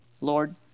Lord